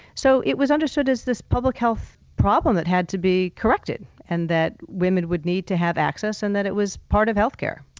so it was understood as this public health problem that had to be corrected and that women would need to have access and that it was part of healthcare.